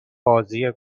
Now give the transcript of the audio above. بازی